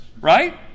Right